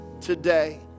today